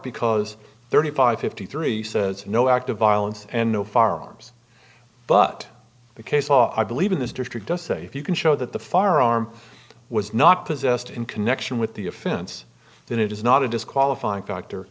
because thirty five fifty three says no act of violence and no firearms but the case law i believe in this district does say if you can show that the firearm was not possessed in connection with the offense then it is not a disqualifying factor